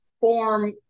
form